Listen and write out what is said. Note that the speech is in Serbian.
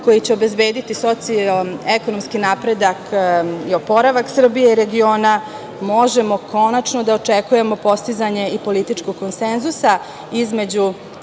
koji će obezbediti socijalno-ekonomski napredak i oporavak Srbije i regiona, možemo konačno da očeku9je postizanje i političkog konsenzusa između